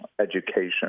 education